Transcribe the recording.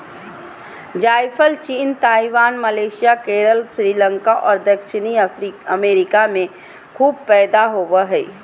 जायफल चीन, Taiwan, Malaysia, Kerala, Sri Lanka और दक्षिणी अमेरिका में खूब पैदा होबो हइ